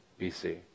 BC